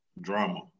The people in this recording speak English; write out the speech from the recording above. Drama